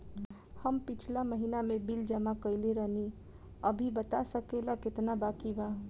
हम पिछला महीना में बिल जमा कइले रनि अभी बता सकेला केतना बाकि बा?